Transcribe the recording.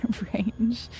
range